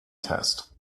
test